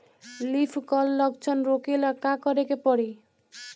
Leaf क्ल लक्षण रोकेला का करे के परी?